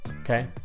Okay